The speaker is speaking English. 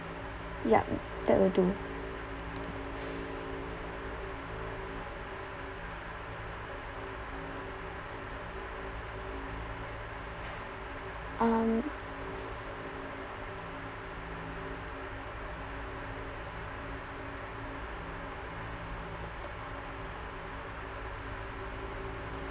yup that will do um